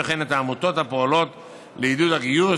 וכן את העמותות הפועלות לעידוד הגיוס